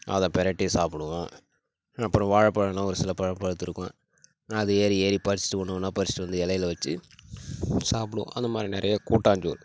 அதை பிரட்டி சாப்பிடுவோம் அப்புறம் வாழைப்பழம்லாம் ஒரு சில பழம் பழுத்துருக்கும் அதை ஏறி ஏறி பறிச்சிவிட்டு ஒன்று ஒன்னாக பறிச்சிவிட்டு வந்து இலையில வச்சு சாப்பிடுவோம் அந்த மாதிரி நிறைய கூட்டாஞ்சோறு